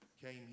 came